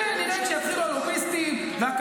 גם התורם של ערוץ 14?